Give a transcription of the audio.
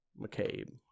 McCabe